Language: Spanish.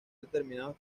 determinados